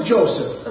Joseph